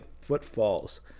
footfalls